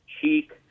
cheek